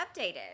updated